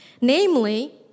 namely